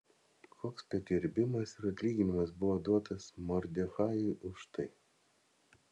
koks pagerbimas ir atlyginimas buvo duotas mordechajui už tai